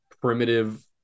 primitive